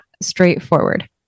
straightforward